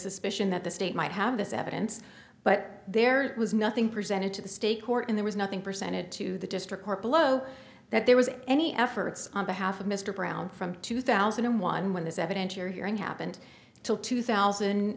sufficient that the state might have this evidence but there was nothing presented to the state court in there was nothing presented to the district court below that there was any efforts on behalf of mr brown from two thousand and one when this evidentiary hearing happened till two thousand